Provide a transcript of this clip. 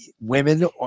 women